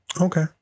Okay